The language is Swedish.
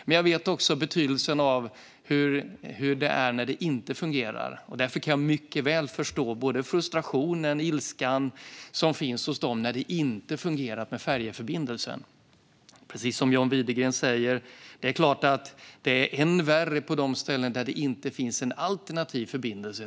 Men jag vet också hur det är när det inte fungerar, och därför kan jag mycket väl förstå den frustration och ilska som finns hos folk när det inte fungerar med färjeförbindelsen. Precis som John Widegren säger är det förstås än värre på ställen där det inte finns en alternativ förbindelse.